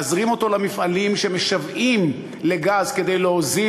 להזרים אותו למפעלים שמשוועים לגז כדי להוזיל